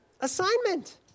assignment